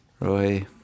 Roy